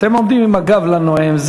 אתם עומדים עם הגב לנואם.